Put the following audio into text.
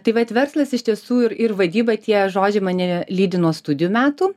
tai vat verslas iš tiesų ir ir vadyba tie žodžiai mane lydi nuo studijų metų